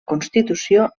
constitució